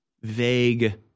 vague